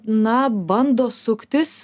na bando suktis